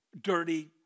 dirty